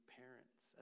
parents